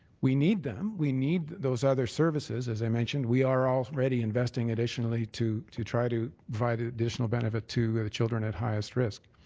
we need them. we need those other services, as i mentioned. we are already investing additionally to to try to provide additional benefit to children at highest risk.